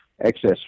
excess